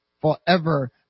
forever